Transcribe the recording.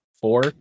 Four